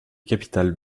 capitale